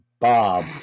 Bob